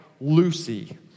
Lucy